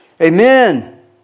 Amen